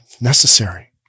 necessary